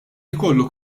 jkollu